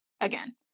again